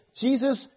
Jesus